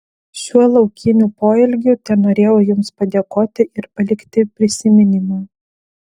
šiuo laukiniu poelgiu tenorėjau jums padėkoti ir palikti prisiminimą